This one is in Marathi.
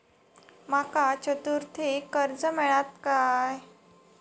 माका चतुर्थीक कर्ज मेळात काय?